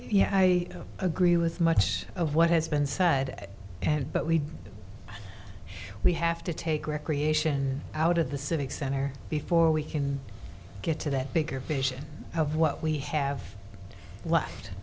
yeah i agree with much of what has been said and but we do we have to take recreation out of the civic center before we can get to that bigger vision of what we have left